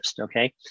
Okay